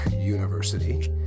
University